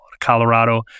Colorado